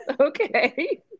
Okay